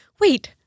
Wait